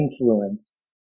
influence